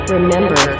Remember